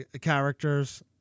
characters